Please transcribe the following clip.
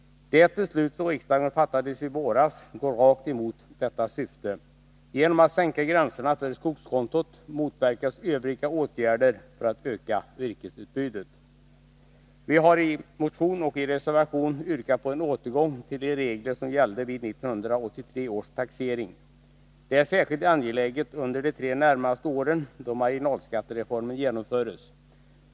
Det beslut som riksdagen fattade i våras går rakt emot detta syfte. Genom att sänka gränserna för skogskontot motverkas övriga åtgärder för att öka virkesutbudet. Vi har i en motion och i reservationen yrkat på en återgång till de regler som gällde vid 1983 års taxering. Detta är särskilt angeläget under de tre närmaste åren, då marginalskattereformen genomförs.